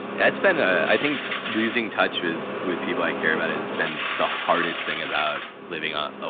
that's been a i think losing touch with with people i care about has been the hardest thing about living on, ah